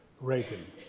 Reagan